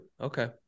Okay